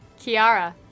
Kiara